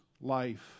life